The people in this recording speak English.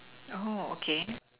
oh okay